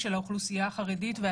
החרדים.